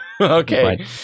okay